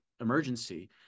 emergency